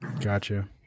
Gotcha